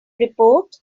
report